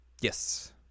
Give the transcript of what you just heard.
Yes